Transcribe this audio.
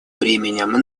бременем